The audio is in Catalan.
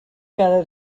cada